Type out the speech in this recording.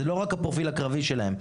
זה לא רק הפרופיל הקרבי שלהם.